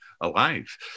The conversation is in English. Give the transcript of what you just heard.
alive